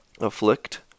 afflict